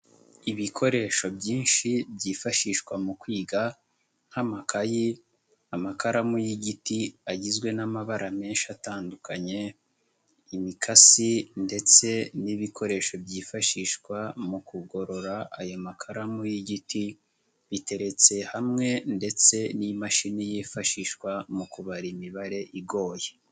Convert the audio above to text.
Ibikoresho byinshi byifashishwa mu kwiga nk'amakayi, amakaramu y'igiti agizwe n'amabara menshi atandukanye, imikasi ndetse n'ibikoresho byifashishwa mu kugorora ayo makaramu y'igiti, biteretse hamwe ndetse n'imashini yifashishwa mu kubara imibare igoye.